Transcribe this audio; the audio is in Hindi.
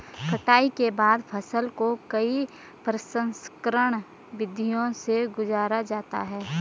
कटाई के बाद फसल को कई प्रसंस्करण विधियों से गुजारा जाता है